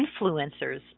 influencers